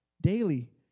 daily